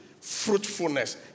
fruitfulness